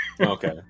okay